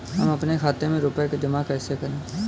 हम अपने खाते में रुपए जमा कैसे करें?